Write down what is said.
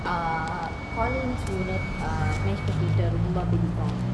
err என்னக்கு அந்த:ennaku antha collin's err ரொம்ப பிடிக்கும்:romba pidikum